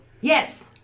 Yes